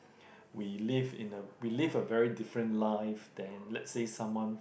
we live in a we live a very different life than let's say someone